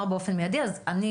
אליו או לא